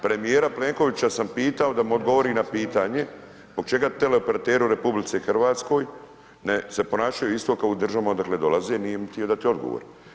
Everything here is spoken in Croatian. Premijera Plenkovića sam pitao da mi odgovori na pitanje, zbog čega teleoperateri u RH ne se ponašaju isto kao u državama odakle dolaze, nije mi htio dati odgovor.